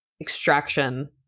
extraction